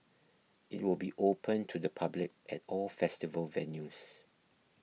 it will be open to the public at all festival venues